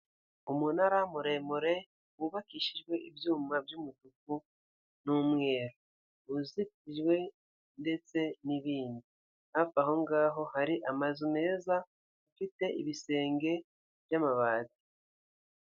Umunara muremure wubakishijwe ibyuma by'umutuku, n'umweru. Uzitijwe ndetse n'ibindi. Hafi aho ngaho hari amazu meza, afite ibisenge by'amabati.